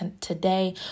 today